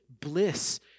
bliss